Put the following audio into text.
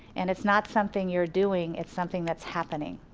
and it's not something you're doing, it's something that's happening.